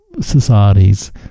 societies